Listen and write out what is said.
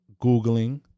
Googling